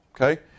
Okay